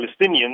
Palestinians